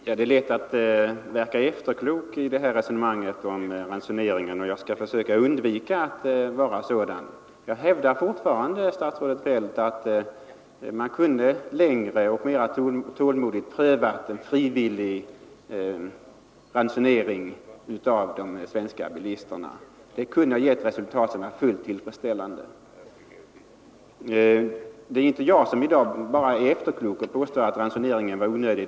Herr talman! Ja, det är lätt att verka efterklok i detta resonemang om ransoneringen, och jag skall försöka undvika att vara det. Jag hävdar fortfarande, statsrådet Feldt, att man kunde längre och mera tålmodigt ha prövat en frivillig begränsning för de svenska bilisterna. Det kunde ha givit resultat som var fullt tillfredsställande. Det är inte bara så att jag i dag är efterklok och påstår att ransoneringen var onödig.